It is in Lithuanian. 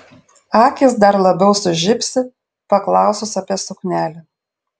akys dar labiau sužibsi paklausus apie suknelę